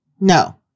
No